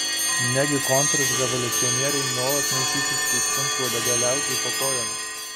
negi kontrrevoliucionieriai nuolat maišysis kaip šuns uodega liaudžiai po kojomis